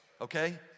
okay